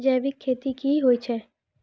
जैविक खेती की होय छै?